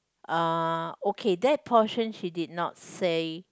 uh okay that portion she did not say